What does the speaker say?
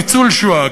ניצוּל שואה,